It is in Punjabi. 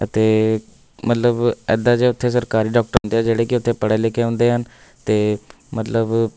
ਅਤੇ ਮਤਲਬ ਇੱਦਾਂ ਜੇ ਉੱਥੇ ਸਰਕਾਰੀ ਡਾਕਟਰ ਹੁੰਦੇ ਹੈ ਜਿਹੜੇ ਕਿ ਉੱਥੇ ਪੜ੍ਹੇ ਲਿਖੇ ਹੁੰਦੇ ਹਨ ਅਤੇ ਮਤਲਬ